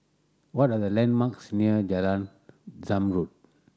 what are the landmarks near Jalan Zamrud